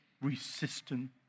Resistant